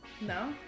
No